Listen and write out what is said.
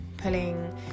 pulling